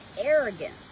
arrogance